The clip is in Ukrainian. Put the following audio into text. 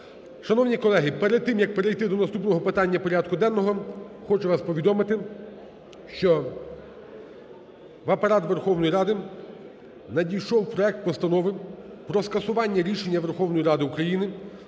Шановні колеги! Перед тим, як перейти до наступного питання порядку денного, хочу вас повідомити, що в Апарат Верховної Ради надійшов проект постанови про скасування рішення Верховної Ради України